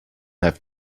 have